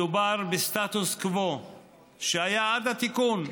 מדובר בסטטוס קוו שהיה עד התיקון.